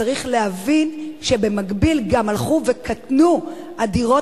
צריך להבין שבמקביל גם הלכו ופחתו הדירות